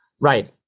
Right